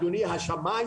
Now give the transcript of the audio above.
אדוני השמאי